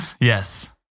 Yes